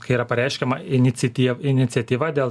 kai yra pareiškiama iniciatyv iniciatyva dėl